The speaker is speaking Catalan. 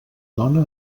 dona